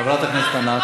חברת הכנסת ענת.